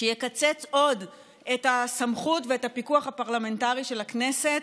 שיקצץ עוד את הסמכות ואת הפיקוח הפרלמנטרי של הכנסת,